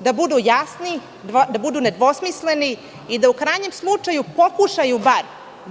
da budu jasni, da budu nedvosmisleni i da u krajnjem slučaju pokušaju bar